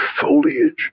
foliage